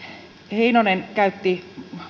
heinonen käytti